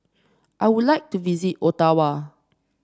I would like to visit Ottawa